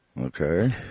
Okay